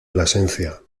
plasencia